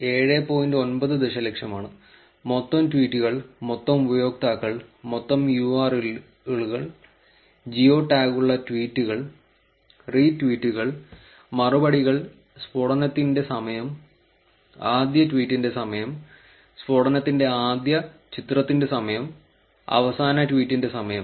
9 ദശലക്ഷമാണ് മൊത്തം ട്വീറ്റുകൾ മൊത്തം ഉപയോക്താക്കൾ മൊത്തം URL കൾ ജിയോ ടാഗുള്ള ട്വീറ്റുകൾ റീട്വീറ്റുകൾ മറുപടികൾ സ്ഫോടനത്തിന്റെ സമയം ആദ്യ ട്വീറ്റിന്റെ സമയം സ്ഫോടനത്തിന്റെ ആദ്യ ചിത്രത്തിന്റെ സമയം അവസാന ട്വീറ്റിന്റെ സമയം